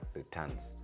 returns